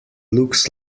looks